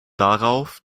darauf